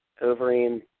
Overeem